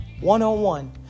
one-on-one